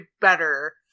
better